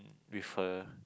with her